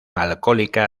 alcohólica